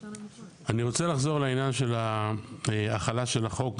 אני רוצה לחזור לעניין של ההחלה של החוק גם,